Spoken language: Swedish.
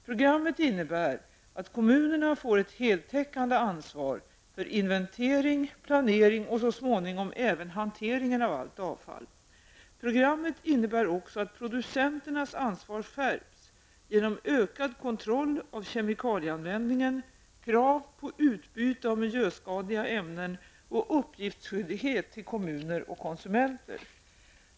Programmet innebär att kommunerna får ett heltäckande ansvar för inventering, planering och så småningom även hantering av allt avfall. Programmet innebär också att producenternas ansvar skärps genom ökad kontroll av kemikalieanvändningen, krav på utbyte av miljöskadliga ämnen och uppgiftsskyldighet till kommuner och konsumenter.